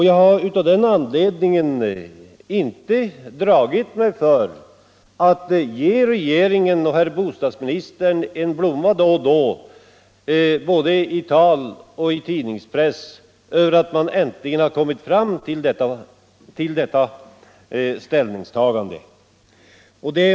Jag har inte dragit mig för att ge regeringen och herr bostadsministern en blomma då och då både i tal och i tidningspress därför att de har kommit fram till detta ställningstagande.